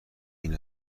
این